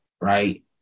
Right